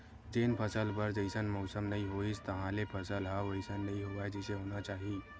जेन फसल बर जइसन मउसम नइ होइस तहाँले फसल ह वइसन नइ होवय जइसे होना चाही